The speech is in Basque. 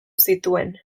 zituen